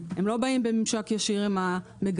הם לא באים בממשק ישיר עם המגדל.